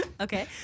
Okay